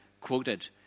quoted